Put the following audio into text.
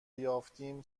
یافتیم